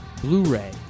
Blu-ray